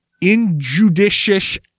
injudicious